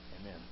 Amen